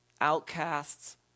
outcasts